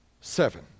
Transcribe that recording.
Seven